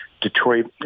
Detroit